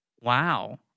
Wow